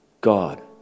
god